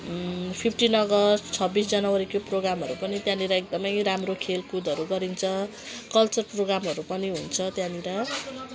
fifteen August छब्बिस जनवरीको प्रोग्रामहरू पनि त्यहाँनिर एकदमै राम्रो खेलकुदहरू गरिन्छ कलचर प्रोग्रामहरू पनि हुन्छ त्यहाँनिर